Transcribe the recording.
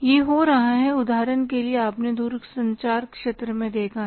यह हो रहा है उदाहरण के लिए आपने दूरसंचार क्षेत्र में देखा है